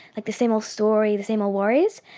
like the same old story, the same old worries.